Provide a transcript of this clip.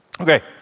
Okay